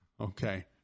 Okay